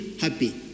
happy